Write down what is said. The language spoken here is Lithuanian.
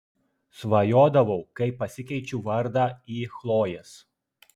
svajodavau kaip pasikeičiu vardą į chlojės